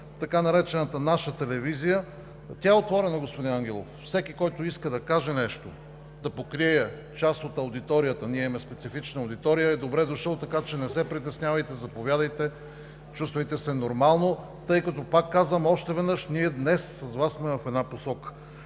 така наречената наша телевизия – тя е отворена, господин Ангелов. Всеки, който иска да каже нещо, да покрие част от аудиторията – ние имаме специфична аудитория – е добре дошъл, така че не се притеснявайте, заповядайте, чувствайте се нормално, тъй като, пак казвам, още веднъж ние днес с Вас сме в една посока.